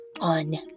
on